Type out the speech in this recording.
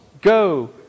go